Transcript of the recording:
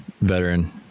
veteran